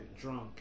drunk